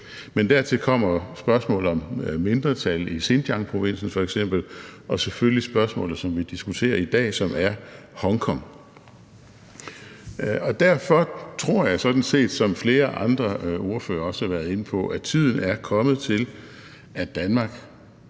Men dertil kommer f.eks. spørgsmålet om mindretal i Xinjiangprovinsen og selvfølgelig det spørgsmål, som vi diskuterer i dag, som er Hongkong. Og derfor tror jeg sådan set, som flere andre ordførere også har været inde på, at tiden er kommet til, at Danmark